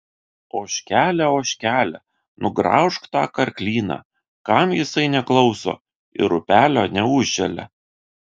ožkele ožkele nugraužk tą karklyną kam jisai neklauso ir upelio neužželia